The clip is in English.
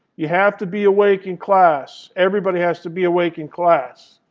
you have to be awake in class. everybody has to be awake in class.